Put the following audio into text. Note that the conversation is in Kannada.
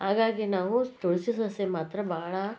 ಹಾಗಾಗಿ ನಾವು ತುಳಸಿ ಸಸಿ ಮಾತ್ರ ಭಾಳ